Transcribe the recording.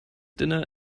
dinner